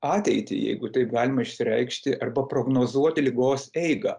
ateitį jeigu taip galima išsireikšti arba prognozuoti ligos eigą